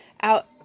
out